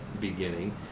beginning